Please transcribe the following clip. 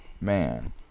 Man